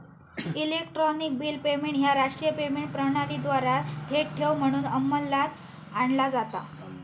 electronic bill payment ह्या राष्ट्रीय payment प्रणालीद्वारा थेट ठेव म्हणून अंमलात आणला जाता